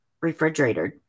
refrigerated